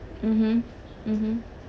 mmhmm mmhmm